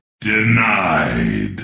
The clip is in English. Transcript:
Denied